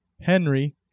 Henry